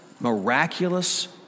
miraculous